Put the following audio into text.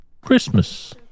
Christmas